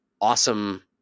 awesome